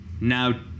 Now